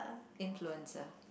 influencer